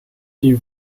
die